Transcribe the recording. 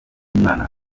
umwana